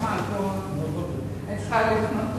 יש כמה אפשרויות.